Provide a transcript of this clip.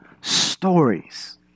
stories